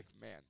man